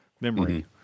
memory